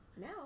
now